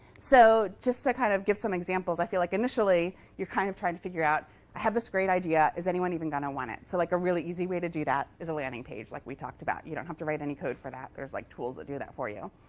so just to kind of give some examples, i feel like initially, you're kind of trying to figure out i have this great idea. is anyone even going to want it? so like a really easy way to do that is a landing page, like we talked about. you don't have to write any code for that. there's like tools that do it for you.